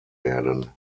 werden